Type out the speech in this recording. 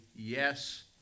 yes